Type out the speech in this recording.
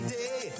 day